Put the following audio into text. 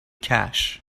cash